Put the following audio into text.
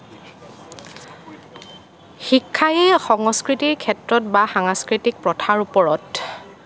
শিক্ষাই সংস্কৃতিৰ ক্ষেত্ৰত বা সাংস্কৃতিক প্ৰথাৰ ওপৰত